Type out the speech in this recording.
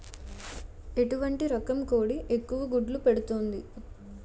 ఎటువంటి రకం కోడి ఎక్కువ గుడ్లు పెడుతోంది?